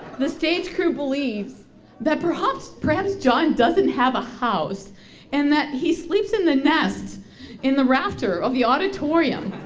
the stage crew believes that perhaps, perhaps john doesn't have a house and that he sleeps in the nest in the rafter of the auditorium.